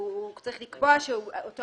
כמו שכבר ציינו בדיונים קודמים,